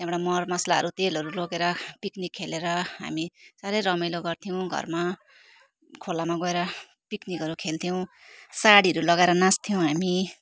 त्यहाँबाट मर मसलाहरू तेलहरू लगेर पिक्निक खेलेर हामी साह्रै रमाइलो गर्थ्यौँ घरमा खोलामा गएर पिक्निकहरू खोल्थ्यौँ साडीहरू लगाएर नाच्थ्यौँ हामी